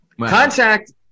Contact